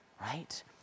right